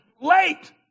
late